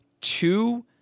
Two –